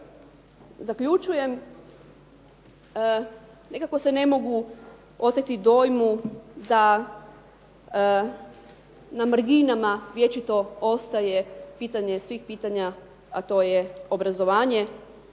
zaključujem, nekako se ne mogu oteti dojmu da na marginama vječito ostaje pitanje svih pitanja, a to je obrazovanje.